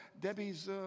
Debbie's